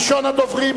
ראשון הדוברים,